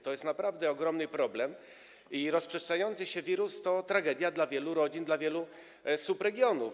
To jest naprawdę ogromny problem i rozprzestrzeniający się wirus to tragedia dla wielu rodzin, dla wielu subregionów.